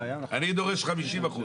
חיים, אתה חוזר על נושאים ששמענו ממך.